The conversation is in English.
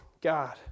God